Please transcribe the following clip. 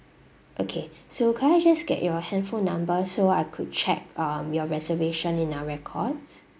okay so could I just get your handphone number so I could check um your reservation in our records